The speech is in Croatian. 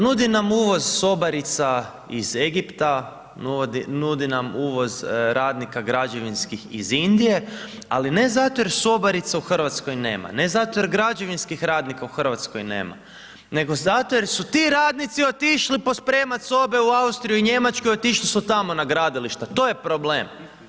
Nudi nam uvoz sobarica iz Egipta, nudi nam uvoz radnika građevinskih iz Indije, ali ne zato jer sobarica u Hrvatskoj nema, ne zato jer građevinskih radnika u Hrvatskoj nema, nego zato jer su ti radnici otišli pospremati sobe u Austriju i Njemačku i otišli su tamo na gradilišta, to je problem.